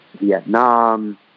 Vietnam